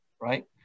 right